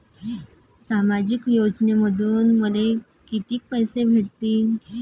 सामाजिक योजनेमंधून मले कितीक पैसे भेटतीनं?